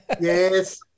Yes